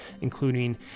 including